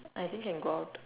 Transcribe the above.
I think can go out